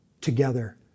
together